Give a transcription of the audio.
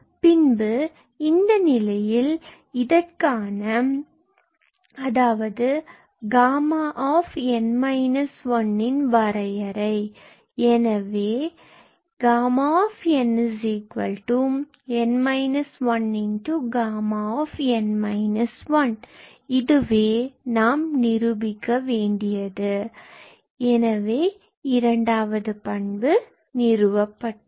பின்பு இந்த நிலையில் இது இதற்கான Γ𝑛−1 வரையறை ஆகும் எனவே Γ𝑛𝑛−1Γ𝑛−1இதுவே நாம் நிரூபிக்க வேண்டியது எனவே இரண்டாவது பண்பு நிறுவப்பட்டது